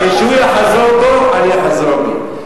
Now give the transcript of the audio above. כשהוא יחזור בו, אני אחזור בי.